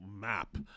map